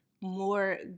more